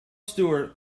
stewart